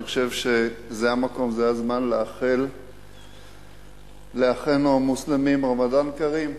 אני חושב שזה המקום והזמן לאחל לאחינו המוסלמים רמדאן כרים.